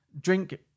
Drink